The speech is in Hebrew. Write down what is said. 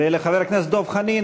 ולחבר הכנסת דב חנין,